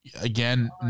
Again